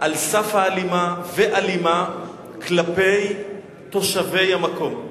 על סף אלימה ואלימה כלפי תושבי המקום.